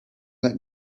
let